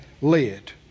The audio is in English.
led